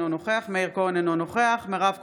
אינו נוכח מאיר כהן,